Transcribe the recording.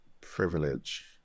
privilege